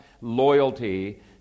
loyalty